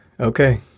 Okay